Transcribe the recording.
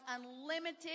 unlimited